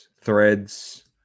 Threads